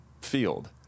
field